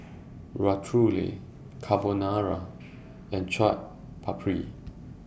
Ratatouille Carbonara and Chaat Papri